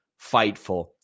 fightful